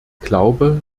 glaube